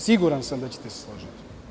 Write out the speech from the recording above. Siguran sam da ćete se složiti.